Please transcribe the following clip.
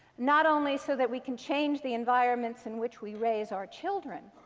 not only so that we can change the environments in which we raise our children,